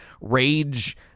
rage